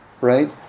right